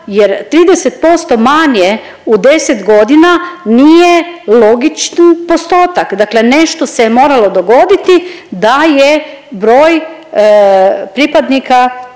jer 30% manje u 10 godina nije logični postotak. Dakle nešto se je moralo dogoditi da je broj pripadnika